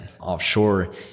offshore